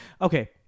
okay